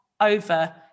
over